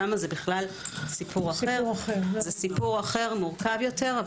שם זה סיפור אחר בכלל, מורכב יותר.